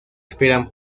esperan